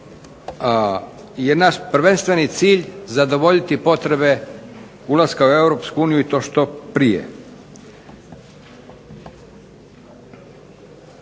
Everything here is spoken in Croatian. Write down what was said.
je naš prvenstveni cilj zadovoljiti potrebe ulaska u Europsku uniju i to što prije.